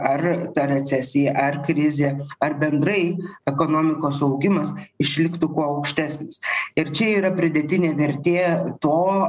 ar ta recesija ar krizė ar bendrai ekonomikos augimas išliktų kuo aukštesnis ir čia yra pridėtinė vertė to